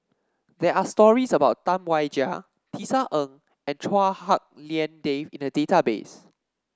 there are stories about Tam Wai Jia Tisa Ng and Chua Hak Lien Dave in the database